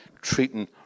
treating